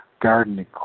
gardening